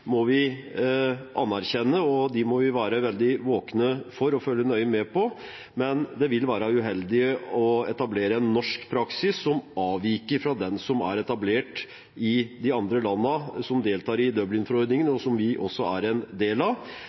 må vi anerkjenne og være veldig våkne for og følge nøye med på. Men det vil være uheldig å etablere en norsk praksis som avviker fra den som er etablert i de andre landene som deltar i Dublin-forordningen, og som vi også er en del av.